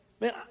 man